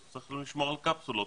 אז צריך לשמור על קפסולות.